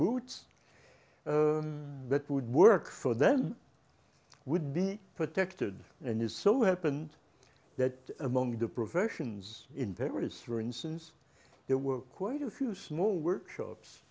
boots that would work for them would be protected and is so happened that among the professions in paris for instance there were quite a few small workshops